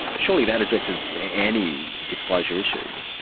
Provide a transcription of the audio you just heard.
surely that addresses any disclosure issue?